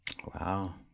wow